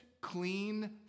clean